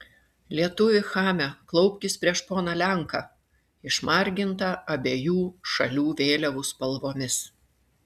lietuvi chame klaupkis prieš poną lenką išmargintą abiejų šalių vėliavų spalvomis